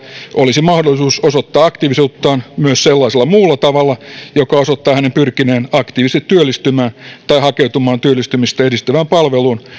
olisi mahdollisuus osoittaa aktiivisuuttaan myös sellaisella muulla tavalla joka osoittaa hänen pyrkineen aktiivisesti työllistymään tai hakeutumaan työllistymistä edistävään palveluun